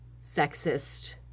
sexist